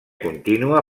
contínua